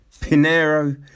Pinero